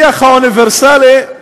אז